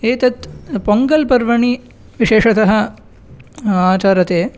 एतत् पोङ्गल् पर्वणि विशेषतः आचरयते